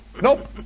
Nope